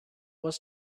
was